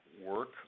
work